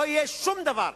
לא יהיה שום דבר.